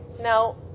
No